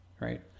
right